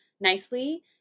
nicely